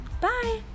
Bye